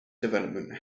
development